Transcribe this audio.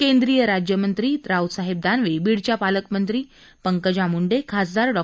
केंद्रीय राज्य मंत्री रावसाहेब दानवे बीडच्या पालकमंत्री पंकजा मुंडे खासदार डॉ